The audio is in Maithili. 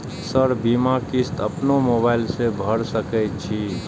सर बीमा किस्त अपनो मोबाईल से भर सके छी?